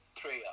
prayer